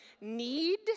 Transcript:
need